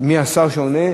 מי השר שעונה?